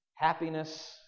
Happiness